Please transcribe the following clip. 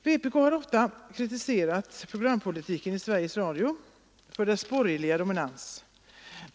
Vpk har ofta kritiserat programpolitiken i Sveriges Radio för dess borgerliga dominans.